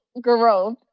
Growth